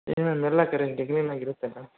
ಸರಿ ಮ್ಯಾಮ್ ಎಲ್ಲ ಕಡೆ ಮ್ಯಾಮ್